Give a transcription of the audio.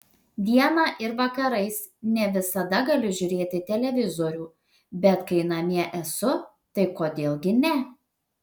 dieną ir vakarais ne visada galiu žiūrėti televizorių bet kai namie esu tai kodėl ne